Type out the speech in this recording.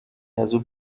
ازاو